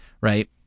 Right